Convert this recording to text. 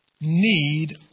need